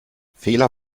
fehler